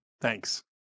Thanks